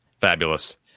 Fabulous